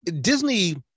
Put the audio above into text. disney